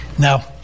Now